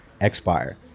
expire